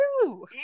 true